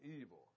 evil